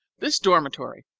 this dormitory,